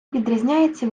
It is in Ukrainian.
відрізняється